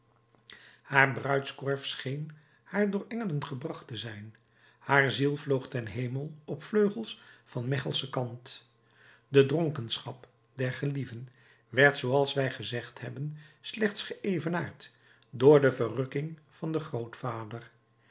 haar bruidskorf scheen haar door engelen gebracht te zijn haar ziel vloog ten hemel op vleugels van mechelsche kant de dronkenschap der gelieven werd zooals wij gezegd hebben slechts geëvenaard door de verrukking van den grootvader